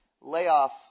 layoff